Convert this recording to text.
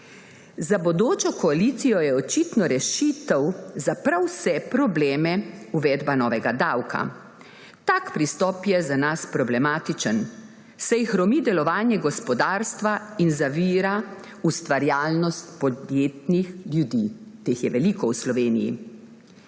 Za bodočo koalicijo je očitno rešitev za prav vse probleme uvedba novega davka. Tak pristop je za nas problematičen, saj hromi delovanje gospodarstva in zavira ustvarjalnost podjetnih ljudi. Teh je veliko v Sloveniji.